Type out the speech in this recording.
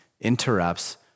interrupts